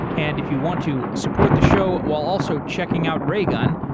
and if you want to support the show while also checking out raygun,